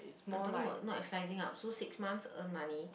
I'm talking about no I slicing it up so six months earn money